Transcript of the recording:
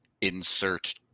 Insert